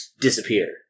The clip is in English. disappear